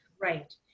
Right